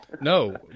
No